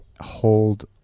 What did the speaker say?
hold